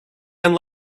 and